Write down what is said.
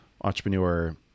entrepreneur